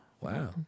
Wow